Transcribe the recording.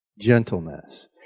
Gentleness